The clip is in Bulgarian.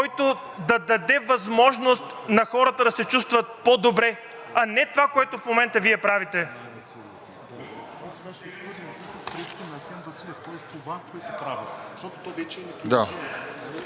който да даде възможност на хората да се чувстват по-добре, а не това, което в момента Вие правите.